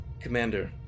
Commander